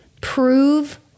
prove